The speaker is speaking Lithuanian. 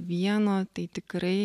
vieno tai tikrai